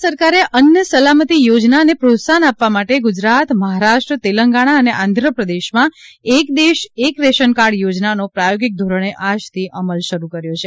કેન્દ્ર સરકારે અન્ન સલામતી યોજનાને પ્રોત્સાહન આપવા માટે ગુજરાત મહારાષ્ટ્ર તેલંગણા અને આંધ્રપ્રદેશમાં એકદેશ એક રેશન કાર્ડ યોજનાનો પ્રાયોગીક ધોરણે આજથી અમલ શરૂ કર્યો છે